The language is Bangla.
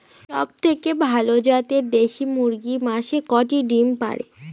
সবথেকে ভালো জাতের দেশি মুরগি মাসে কয়টি ডিম পাড়ে?